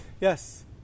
Yes